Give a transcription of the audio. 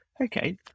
okay